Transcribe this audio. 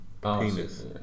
penis